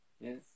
Yes